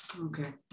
Okay